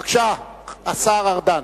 בבקשה, השר ארדן.